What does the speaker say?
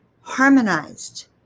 harmonized